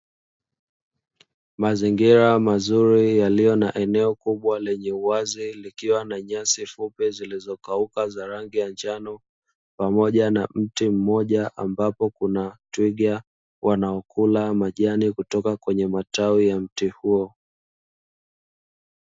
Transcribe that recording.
Mazingira mazuri yaliyo na eneo kubwa lenye uwazi, likiwa na nyasi fupi zilizokauka za rangi ya njano pamoja na mti mmoja, ambapo kuna Twiga wanaokula majani kutoka kwenye matawi ya mti huo.